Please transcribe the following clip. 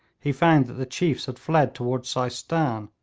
he found that the chiefs had fled toward seistan,